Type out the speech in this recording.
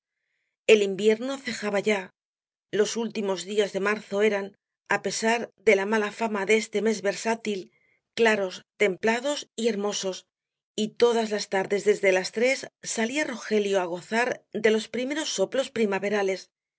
el invierno cejaba ya los últimos días de marzo eran á pesar de la mala fama de este mes versátil claros templados y hermosos y todas las tardes desde las tres salía rogelio á gozar de los primeros soplos primaverales